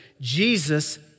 Jesus